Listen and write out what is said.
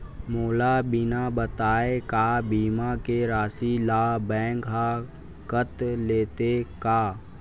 मोला बिना बताय का बीमा के राशि ला बैंक हा कत लेते का?